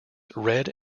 red